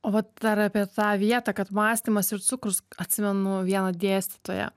o vat dar apie tą vietą kad mąstymas ir cukrus atsimenu vieną dėstytoją